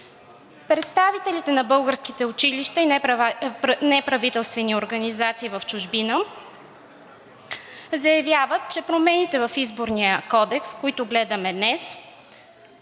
Представителите на българските училища и неправителствени организации в чужбина заявяват, че промените в Изборния кодекс, които гледаме днес,